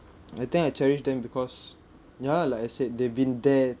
I think I cherish them because ya like I said they've been there